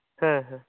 ᱦᱮᱸ ᱦᱮᱸ